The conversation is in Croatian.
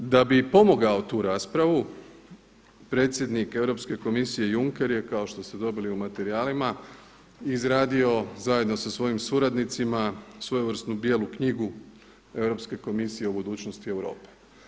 Da bi pomogao tu raspravu predsjednik Europske komisije Juncker je kao što ste dobili u materijalima izradio zajedno sa svojim suradnicima svojevrsnu Bijelu knjigu Europske komisije o budućnosti Europe.